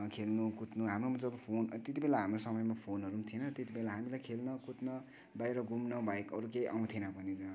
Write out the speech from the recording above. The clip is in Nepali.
खेल्नु कुद्नु हाम्रो जब फोन त्यतिबेला हाम्रो समयमा फोनहरू पनि थिएन त्यतिबेला हामीलाई खेल्न कुद्न बाहिर घुम्न बाहेक अरू केही आउँथेन पनि